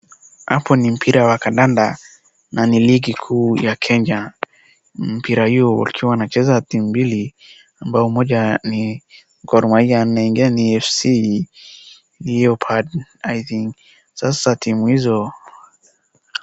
Hapo ni mpira wa kandanda na ni ligi kuu ya kenya. Mpira hiyo wakiwa wanacheza timu mbili ambao moja ni Gor Mahia ni FC Leopard I think , sasa timu hizo.